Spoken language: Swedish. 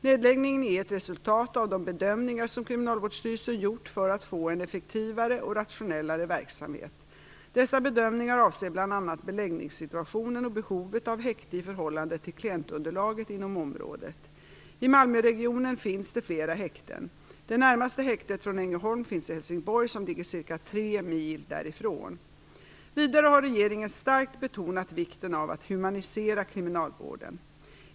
Nedläggningen är ett resultat av de bedömningar som Kriminalvårdsstyrelsen gjort för att få en effektivare och rationellare verksamhet. Dessa bedömningar avser bl.a. beläggningssituationen och behovet av häkte i förhållande till klientunderlaget inom området. I Malmöregionen finns det flera häkten. Det närmaste häktet från Ängelholm finns i Helsingborg, som ligger ca tre mil därifrån. Vidare har regeringen starkt betonat vikten av att humanisera kriminalvården.